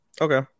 Okay